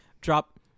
drop